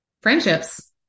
Friendships